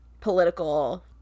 political